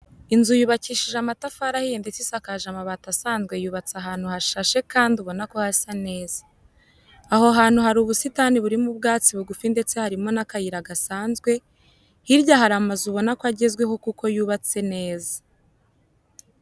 Inzu yubakishije amatafari ahiye ndetse isakaje amabati asanzwe yubatse ahantu hashashe kandi ubona ko hasa neza. Aho hantu hari ubusitani burimo ubwatsi bugufi ndetse harimo n'akayira gasanzwe, hirya hari amazu ubona ko agezweho kuko yubatse neza.